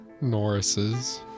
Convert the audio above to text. Norris's